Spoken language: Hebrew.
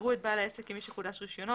יראו את בעל העסק כמי שחודש רישיונו,